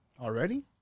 Already